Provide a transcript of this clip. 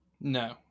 no